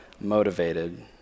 motivated